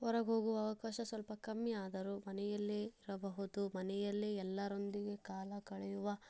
ಹೊರಗೆ ಹೋಗುವ ಅವಕಾಶ ಸ್ವಲ್ಪ ಕಮ್ಮಿ ಆದರೂ ಮನೆಯಲ್ಲೇ ಇರಬಹುದು ಮನೆಯಲ್ಲೇ ಎಲ್ಲರೊಂದಿಗೆ ಕಾಲ ಕಳೆಯುವ